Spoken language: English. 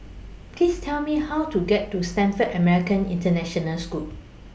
Please Tell Me How to get to Stamford American International School